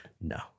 no